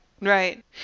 right